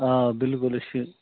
آ بلکُل أسۍ چھِ